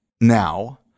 now